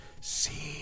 See